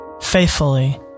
faithfully